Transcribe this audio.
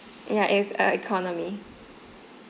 ya if uh economy